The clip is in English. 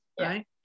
right